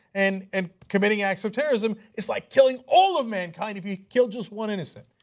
and and committing acts of terrorism is like killing all of mankind if you kill just one innocent.